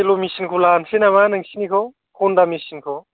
सेल' मिचिनखौ लानसै नामा नोंसिनिखौ हन्दा मिचिनखौ